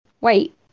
wait